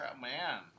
man